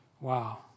Wow